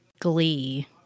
glee